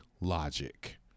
logic